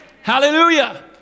Hallelujah